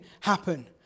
happen